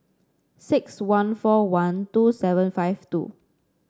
six one four one two seven five two